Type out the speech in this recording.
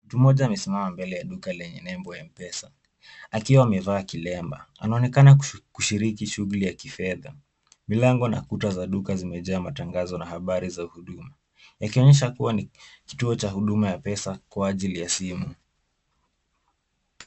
Mtu mmoja amesimama mbele ya duka lenye nembo ya M-pesa akiwa amevaa kilemba. Anaonekana kushiriki shughuli ya kifedha. Milango na kuta za duka zimejaa matangazo na habari za huduma. Yakionyesha kuwa ni kituo cha huduma ya pesa kwa ajili ya simu.